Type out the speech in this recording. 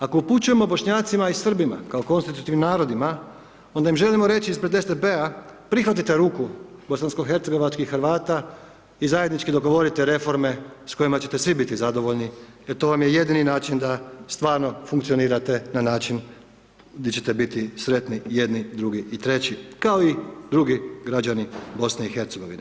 Ako upućujemo Bošnjacima i Srbima kao konstitutivnim narodima onda im želimo reći ispred SDP-a, prihvatite ruku bosansko-hercegovačkih Hrvata i zajednički dogovorite reforme s kojima ćete svi biti zadovoljni, jer to vam je jedini način da stvarno funkcionirate na način gdje ćete biti sretni jedni, drugi i treći kao i drugi građani Bosne i Hercegovine.